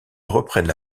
reprennent